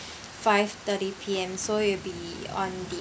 five thirty P_M so it'll be on the